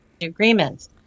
agreements